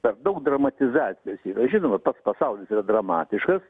per daug dramatizacijos yra žinoma pats pasaulis yra dramatiškas